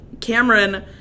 Cameron